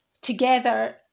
together